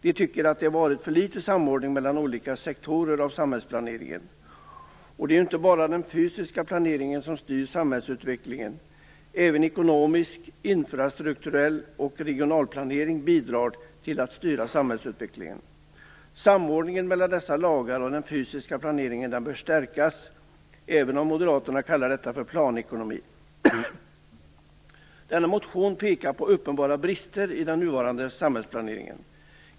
Centern anser att det har varit för litet samordning mellan olika sektorer av samhällsplaneringen. Det är ju inte bara den fysiska planeringen som styr samhällsutvecklingen. Även ekonomisk, infrastrukturell och regional planering bidrar till att styra samhällsutvecklingen. Samordningen mellan dessa lagar och den fysiska planeringen bör stärkas, även om Moderaterna kallar detta planekonomi. I denna motion pekas på uppenbara brister i den nuvarande samhällsplaneringen.